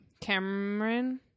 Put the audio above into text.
Cameron